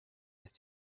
ist